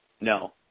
No